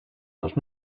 dos